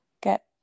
get